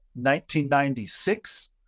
1996